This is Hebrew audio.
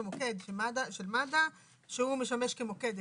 זה מוקד של מד"א שהוא משמש כמוקד אחד.